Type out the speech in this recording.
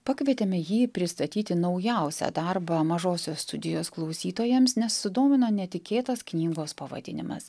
pakvietėme jį pristatyti naujausią darbą mažosios studijos klausytojams nes sudomino netikėtas knygos pavadinimas